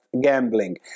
gambling